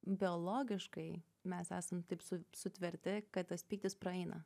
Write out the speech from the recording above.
biologiškai mes esam taip su sutverti kad tas pyktis praeina